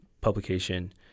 publication